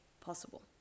possible